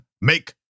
make